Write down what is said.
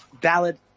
ballad